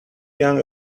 young